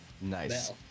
Nice